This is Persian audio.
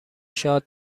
شاد